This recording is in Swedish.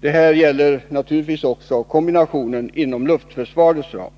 Detta gäller naturligtvis också kombinationen inom luftförsvarets ram.